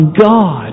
God